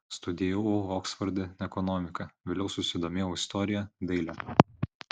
studijavau oksforde ekonomiką vėliau susidomėjau istorija daile